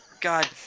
God